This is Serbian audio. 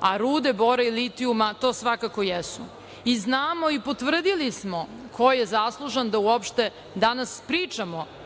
a rude bora i litijuma to svakako jesu. Znamo i potvrdili smo ko je zaslužan da uopšte danas pričamo